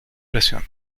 presión